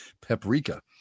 paprika